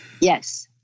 Yes